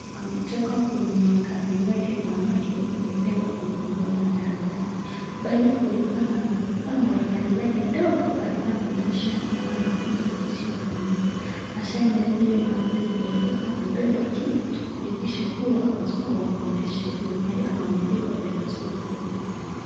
Ametoka kununua gari lake manake amepewa kifunguo la gari lake. Mbele kulikua na for example , gari lake ndogo alikuwa anaonyesha na anafunzwa jinsi ya kuendesha. Ashamaliza hiyo mazoezi ndio sasa amepewa key kuhakikisha kuwa ako sawa kuendesha hiyo gari ama amelipa pesa zote za hizo gari.